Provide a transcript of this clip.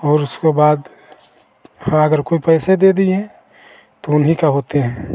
और उसके बाद हाँ अगर कोई पैसे दे दिए तो उन्हीं के होते हैं